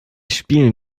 spielen